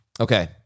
Okay